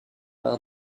par